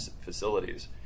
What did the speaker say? facilities